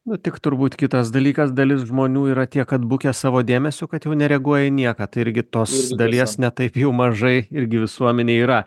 nu tik turbūt kitas dalykas dalis žmonių yra tiek atbukę savo dėmesiu kad jau nereaguoja į nieką tai irgi tos dalies ne taip jau mažai irgi visuomenėj yra